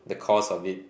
the cause of it